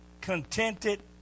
Contented